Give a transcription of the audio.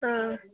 ಹಾಂ